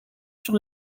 sur